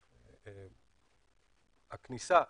הכניסה,